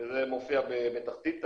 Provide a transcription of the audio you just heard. זה מופיע בתחתית השקף,